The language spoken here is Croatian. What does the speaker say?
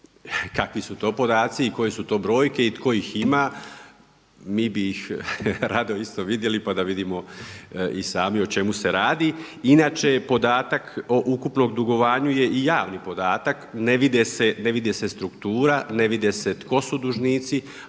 kakvi su to podaci i koje su to brojke i tko ih ima, mi bi ih rado isto vidjeli pa da vidimo i sami o čemu se radi. Inače podatak o ukupnom dugovanju je javni podatak, ne vidi se struktura, ne vidi se tko su dužnici,